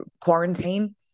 quarantine